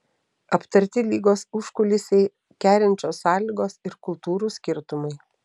aptarti lygos užkulisiai kerinčios sąlygos ir kultūrų skirtumai